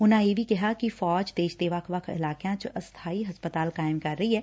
ਉਨ੍ਹਾ ਇਹ ਵੀ ਕਿਹਾ ਕਿ ਫੌਜ ਦੇਸ਼ ਦੇ ਵੱਖ ਵੱਖ ਇਲਾਕਿਆ ਚ ਅਸਬਾਈ ਹਸਪਤਾਲ ਕਾਇਮ ਕਰ ਰਹੀ ਐ